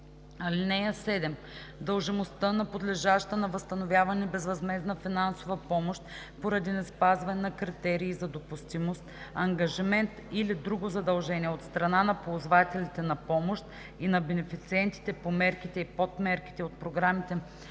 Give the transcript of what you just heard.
(7) Дължимостта на подлежаща на възстановяване безвъзмездна финансова помощ поради неспазване на критерии за допустимост, ангажимент или друго задължение от страна на ползвателите на помощ и бенефициентите по мерките и подмерките от програмите за